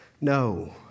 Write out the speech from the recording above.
No